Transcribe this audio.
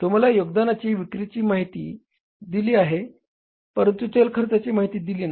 तुम्हाला योगदानाची विक्रीची माहिती दिली आहे परंतु चल खर्चाची माहिती दिली नाही